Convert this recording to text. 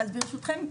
אז ברשותכם,